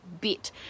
bit